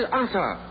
answer